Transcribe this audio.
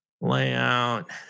layout